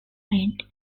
red